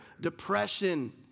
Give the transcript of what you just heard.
depression